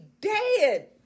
dead